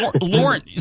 Lauren